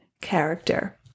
character